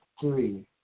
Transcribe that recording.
three